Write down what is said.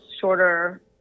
shorter